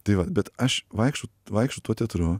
tai va bet aš vaikštau vaikštau tuo teatru